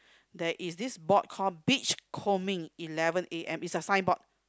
there is this board call beachcombing eleven A_M is a sign board